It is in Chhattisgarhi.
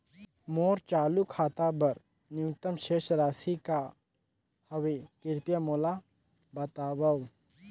मोर चालू खाता बर न्यूनतम शेष राशि का हवे, कृपया मोला बतावव